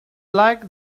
like